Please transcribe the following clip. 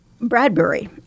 Bradbury